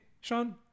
sean